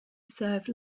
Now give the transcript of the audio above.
serve